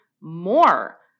more